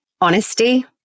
honesty